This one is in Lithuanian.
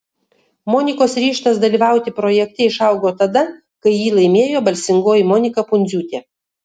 monikos ryžtas dalyvauti projekte išaugo tada kai jį laimėjo balsingoji monika pundziūtė